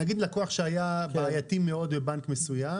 נגיד לקוח שהיה בעייתי מאוד בבנק מסויים